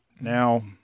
Now